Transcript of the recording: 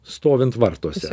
stovint vartuose